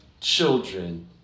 children